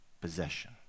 possession